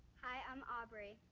hi, i'm aubrey.